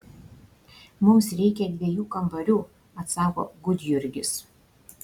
mums reikia dviejų kambarių atsako gudjurgis